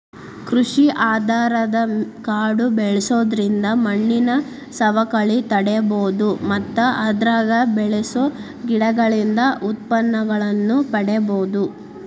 ಕೃಷಿ ಆಧಾರದ ಕಾಡು ಬೆಳ್ಸೋದ್ರಿಂದ ಮಣ್ಣಿನ ಸವಕಳಿ ತಡೇಬೋದು ಮತ್ತ ಅದ್ರಾಗ ಬೆಳಸೋ ಗಿಡಗಳಿಂದ ಉತ್ಪನ್ನನೂ ಪಡೇಬೋದು